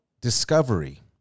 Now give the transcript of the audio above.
discovery